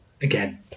again